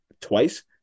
twice